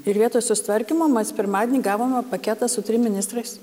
ir vietoj susitvarkymo mas pirmadienį gavome paketą su trim ministrais